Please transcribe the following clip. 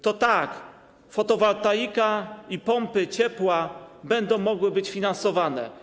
Tak, fotowoltaika i pompy ciepła będą mogły być finansowane.